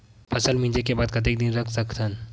फसल मिंजे के बाद कतेक दिन रख सकथन?